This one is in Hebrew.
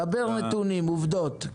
דבר על נתונים, עובדות.